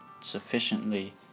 sufficiently